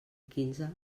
quinze